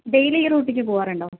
daily ഈ റൂട്ടിലേക്ക് പോവാറുണ്ടോ